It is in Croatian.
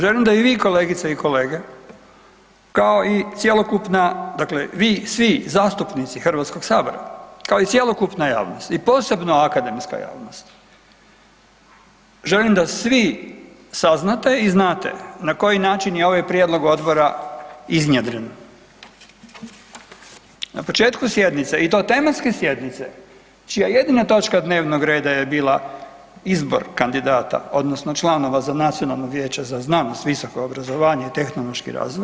Želim da i vi kolegice i kolege kao i cjelokupna, dakle vi svi zastupnici Hrvatskog sabora kao i cjelokupna javnost i posebno akademska javnost želim da svi saznate i znate na koji način je ovaj prijedlog odbora iznjedren na početku sjednice i to tematske sjednica čija jedina točka dnevnog reda je bila izbor kandidata odnosno članova za Nacionalno vijeće za znanost, visoko obrazovanje i tehnološki razvoj.